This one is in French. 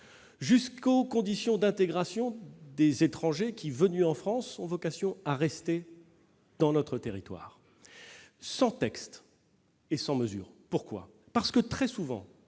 jusqu'aux conditions d'intégrations des étrangers qui, venus en France, ont vocation à rester sur notre territoire, sans texte ni mesure. Très souvent,